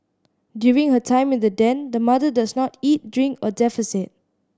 during her time in the den the mother does not eat drink or defecate